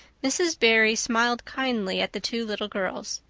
mrs. barry smiled kindly at the two little girls.